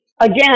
Again